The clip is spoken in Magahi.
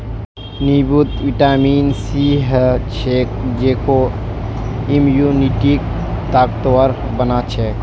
नींबूत विटामिन सी ह छेक जेको इम्यूनिटीक ताकतवर बना छेक